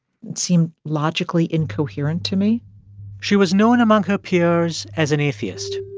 seemed logically incoherent to me she was known among her peers as an atheist.